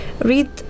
Read